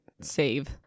save